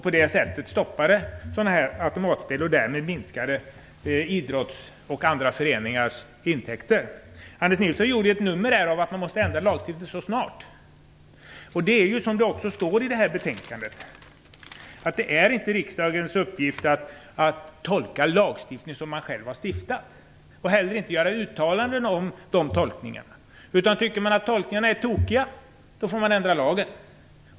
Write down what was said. På det sättet stoppades automatspel och därmed minskade idrottens och föreningars intäkter. Anders Nilsson gjorde här ett nummer av att lagstiftningen så snart måste ändras. Det är inte, som det står i betänkandet, riksdagens uppgift att tolka lagar som den själv har stiftat och inte heller att göra uttalanden om de tolkningarna. Tycker man att tolkningarna är tokiga får man ändra lagen.